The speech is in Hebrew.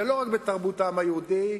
זה לא רק בתרבות העם היהודי,